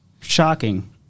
shocking